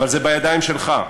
אבל זה בידיים שלך.